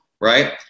right